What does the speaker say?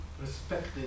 respected